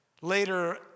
later